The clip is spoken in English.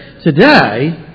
today